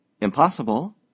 Impossible